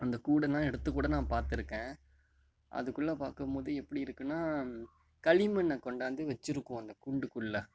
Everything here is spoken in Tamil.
அந்த கூடெல்லாம் எடுத்துக்கூட நான் பார்த்துருக்கேன் அதுக்குள்ளே பார்க்கம்போது எப்படி இருக்குன்னா களிமண்ணை கொண்டாந்து வச்சியிருக்கும் அந்த கூண்டுக்குள்ளே